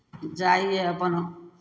जाइए अपन